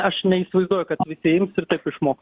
aš neįsivaizduoju kad visi ims ir taip išmoks